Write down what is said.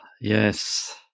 Yes